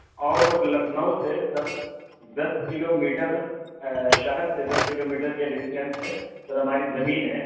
اور لکھنؤ سے سر دس کلو میٹر شہر سے دس کلو میٹر کے ڈسٹینس پہ سر ہماری زمین ہے